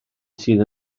sydd